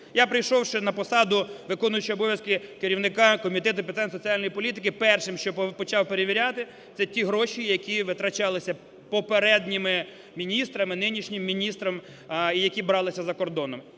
Я, прийшовши на посаду виконуючого обов'язки керівника Комітету з питань соціальної політики, першим, що почав перевіряти, це ті гроші, які витрачалися попередніми міністрами і нинішнім міністром, які бралися за кордоном.